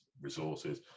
resources